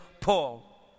Paul